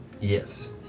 Yes